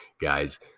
guys